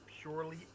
purely